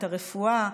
את הרפואה,